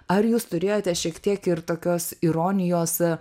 ar jūs turėjote šiek tiek ir tokios ironijos